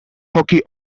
hockey